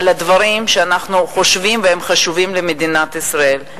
על הדברים שאנחנו חושבים שהם חשובים למדינת ישראל.